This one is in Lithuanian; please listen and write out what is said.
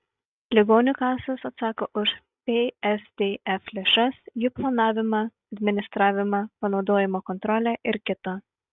ligonių kasos atsako už psdf lėšas jų planavimą administravimą panaudojimo kontrolę ir kita